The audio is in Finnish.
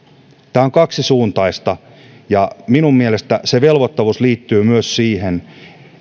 tämä on kaksisuuntaista ja minun mielestä se velvoittavuus liittyy myös siihen